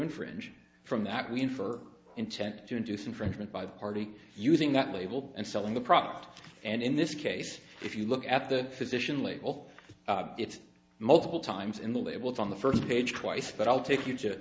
infringe from that we infer intent to induce infringement by the party using that label and selling the product and in this case if you look at the physician label it's multiple times in the label from the first page twice but i'll take you to